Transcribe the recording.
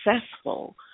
successful